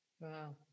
Wow